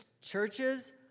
Churches